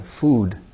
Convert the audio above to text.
food